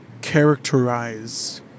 characterize